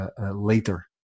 Later